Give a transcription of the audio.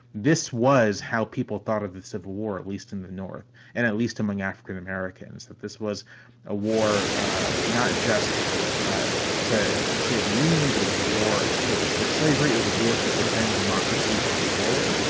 this was how people thought of the civil war, at least in the north and at least among african-americans, that this was a war not just to save the union, but it was a war to destroy slavery. it was a war to defend democracy for the world.